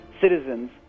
citizens